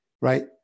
right